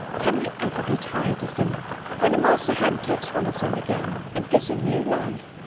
can we ever be tired of them when a master hand takes one of them again and gives him new life?